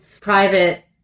private